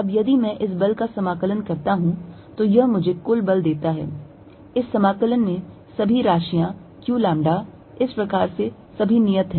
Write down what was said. अब यदि मैं इस बल का समाकलन करता हूं तो यह मुझे कुल बल देता है इस समाकलन में सभी राशियां q lambda इस प्रकार ये सभी नियत हैं